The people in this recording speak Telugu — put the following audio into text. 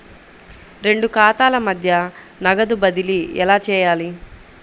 రెండు ఖాతాల మధ్య నగదు బదిలీ ఎలా చేయాలి?